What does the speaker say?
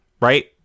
Right